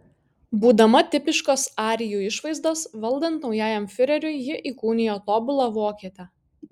būdama tipiškos arijų išvaizdos valdant naujajam fiureriui ji įkūnijo tobulą vokietę